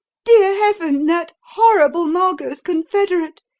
dear heaven, that horrible margot's confederate,